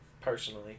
Personally